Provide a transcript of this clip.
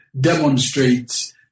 demonstrates